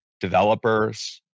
Developers